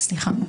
סליחה.